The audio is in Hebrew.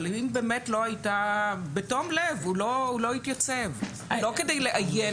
אבל אם באמת בתום לב הוא לא התייצב לא כדי לאיין